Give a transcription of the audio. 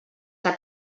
que